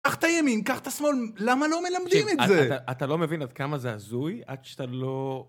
קח את הימין, קח את השמאל, למה לא מלמדים את זה? אתה לא מבין עד כמה זה הזוי עד שאתה לא...